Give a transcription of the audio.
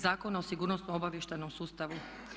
Zakona o sigurnosno-obavještajnom sustavu.